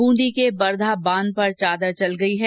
बुंदी के बरघा बांध पर चादर चल गई है